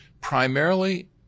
primarily